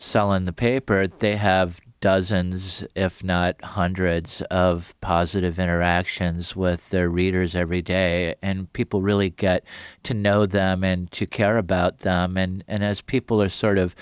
sellin the paper that they have dozens if not hundreds of positive interactions with their readers every day and people really get to know them and to care about them and as people are sort of